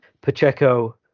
Pacheco